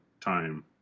time